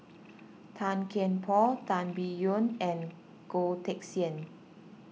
Tan Kian Por Tan Biyun and Goh Teck Sian